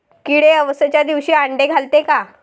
किडे अवसच्या दिवशी आंडे घालते का?